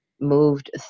moved